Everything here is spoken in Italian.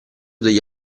degli